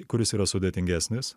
kuris yra sudėtingesnis